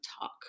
talk